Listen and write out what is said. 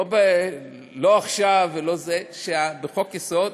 לא עכשיו, בחוק-יסוד,